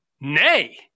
nay